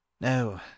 No